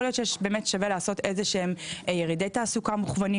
יכול להיות ששווה לעשות ירידי תעסוקה מוכוונים